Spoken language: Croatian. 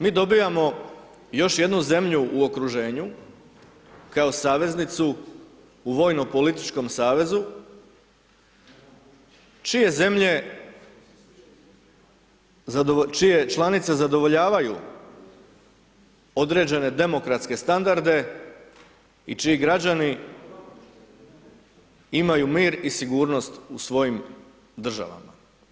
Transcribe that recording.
Mi dobijamo još jednu zemlju u okruženju kao saveznicu u vojno političkom savezu čije zemlje čije članice zadovoljavaju određene demokratske standarde i čiji građani imaju mir i sigurnost u svojim državama.